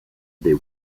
they